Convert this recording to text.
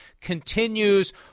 continues